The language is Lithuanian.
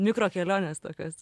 mikro kelionės tokios